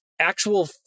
actual